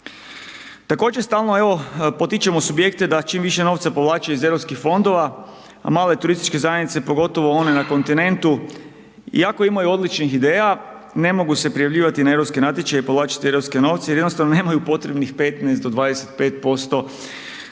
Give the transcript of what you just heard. Također stalno evo potičemo subjekte da čim više novca povlače iz Europskih fondova, a male turističke zajednice, a pogotovo one na kontinentu iako imaju odličnih ideja, ne mogu se prijavljivati na europske natječaje i povlačiti europske novce jer jednostavno nemaju potrebnih 15 do 25%